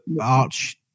arch